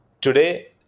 Today